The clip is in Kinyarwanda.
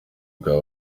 bwa